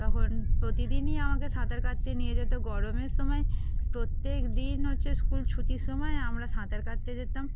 তখন প্রতিদিনই আমাকে সাঁতার কাটতে নিয়ে যেত গরমের সময় প্রত্যেক দিন হচ্ছে স্কুল ছুটির সময় আমরা সাঁতার কাটতে যেতাম